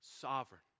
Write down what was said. sovereign